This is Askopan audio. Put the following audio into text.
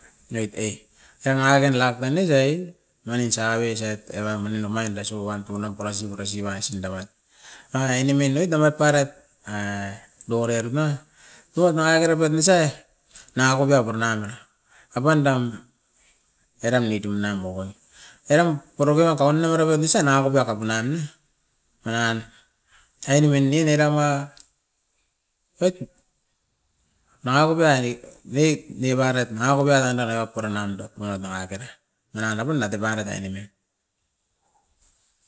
Noit e, era nanga kain luck tan ne sai'i manin sabe osait evan punin omain da sup omain dan purasi purasi omai isunda aban. A-ainemin oit nangat parait a baua nerut na noat nangakere pet nusa, nangakot pia pura nan a. A pandan eran ni tunai omokoi, eram porokia kaune purapoit nisai nangako piakapun au ne, manan, ainemin nin era pa oit nanga kupia aini, noit nevareit nanga kupia andan nan puri nan dep puroit nanga kera, manan apum adiparait ainemin.